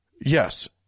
Yes